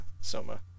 soma